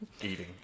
eating